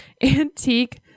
Antique